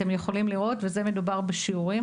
אתם יכולים לראות, ומדובר פה בשיעורים.